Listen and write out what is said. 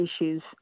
issues